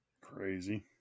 Crazy